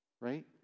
right